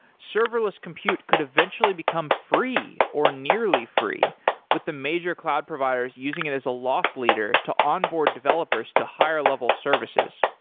serverless compute could eventually become free, or nearly free with the major cloud providers using it as a lost leader to onboard developers to higher level services.